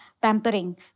pampering